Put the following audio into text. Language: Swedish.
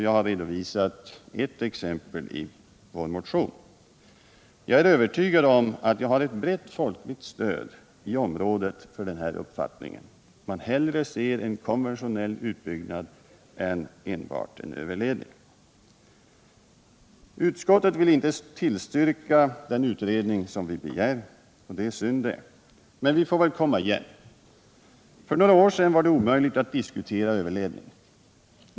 Jag har redovisat ett par exempel i vår motion, och jag är övertygad om att jag i området har ett brett folkligt stöd för uppfattningen att man hellre ser en konventionell utbyggnad än enbart en överledning. Utskottet vill inte tillstyrka en sådan utredning som vi begär. Det är synd. Men vi får väl komma igen. För några år sedan var det omöjligt att diskutera överledning.